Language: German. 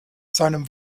seinem